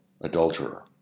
adulterer